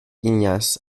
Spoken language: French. ignace